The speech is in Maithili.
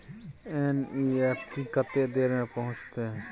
एन.ई.एफ.टी कत्ते देर में पहुंचतै?